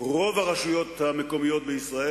כי ראיתי שלילדים מתכוונים לתת מצד אחד את